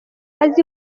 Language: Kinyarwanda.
azi